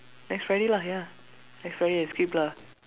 next Friday lah ya next Friday I skip lah